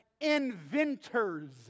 inventors